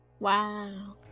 Wow